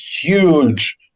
huge